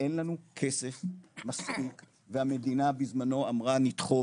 אין לנו כסף מספיק והמדינה בזמנו אמרה נדחוף,